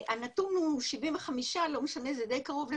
הנתון הוא 75%, לא משנה, זה די קרוב ל-80%,